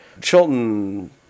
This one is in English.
Chilton